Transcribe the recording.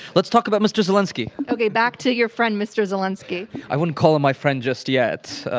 let's talk about mr. zelinsky. okay, back to your friend, mr. zelinsky. i wouldn't call him my friend just yet.